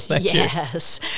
yes